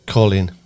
Colin